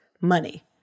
money